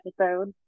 episode